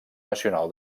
nacional